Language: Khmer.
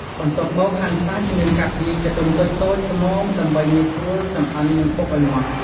បន្ទាប់មកហាន់សាច់ និងកាត់វាជាដុំតូចៗល្មមដើម្បីងាយស្រួលចម្អិននិងបុកឱ្យម៉ដ្ឋ។